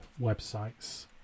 websites